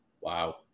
Wow